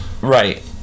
right